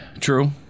True